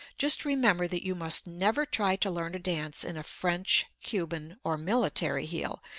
just remember, that you must never try to learn to dance in a french, cuban or military heel,